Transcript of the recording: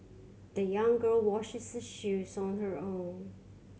the young girl washes her shoes on her own